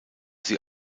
sie